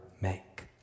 make